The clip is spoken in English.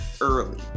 early